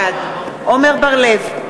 בעד עמר בר-לב,